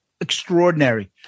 extraordinary